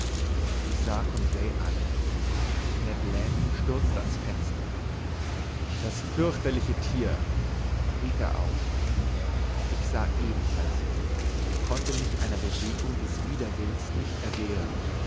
ich sah conseil an ned land stürzte an's fenster das fürchterliche thier rief er aus ich sah ebenfalls hin und konnte mich einer bewegung des widerwillens nicht erwehren